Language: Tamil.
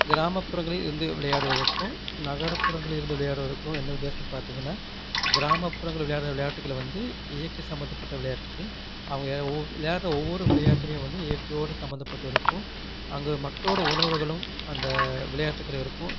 கிராப்புறங்களில் இருந்து விளையாடுவதற்கும் நகரப்புறங்களில் இருந்து விளையாடுவதற்கும் என்ன வித்தியாசம்னு பார்த்தீங்கன்னா கிராமப்புறங்களில் விளையாடுகிற விளையாட்டுகளை வந்து இயற்கை சம்பந்தப்பட்ட விளையாட்டுகள் அவங்க ஒ விளையாடுகிற ஒவ்வொரு விளையாட்டும் வந்து இயற்கையோடு சம்பந்தப்பட்டு இருக்கும் அங்கே மக்களோடய உணர்வுகளும் அந்த விளையாட்டுகள் இருக்கும்